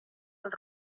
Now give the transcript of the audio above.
als